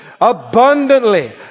abundantly